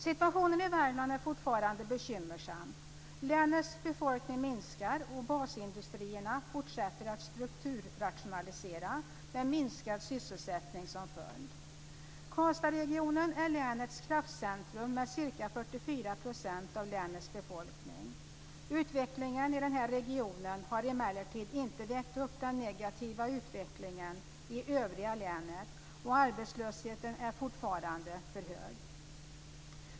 Situationen i Värmland är fortfarande bekymmersam. Länets befolkning minskar, och basindustrierna fortsätter att strukturrationalisera, med minskad sysselsättning som följd. Karlstadsregionen är länets kraftcentrum, med ca 44 % av länets befolkning. Utvecklingen i den här regionen har emellertid inte vägt upp den negativa utvecklingen i övriga länet, och arbetslösheten är fortfarande för hög.